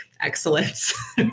excellence